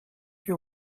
your